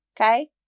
Okay